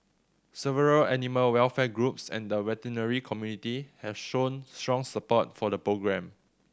several animal welfare groups and the veterinary community have shown strong support for the programme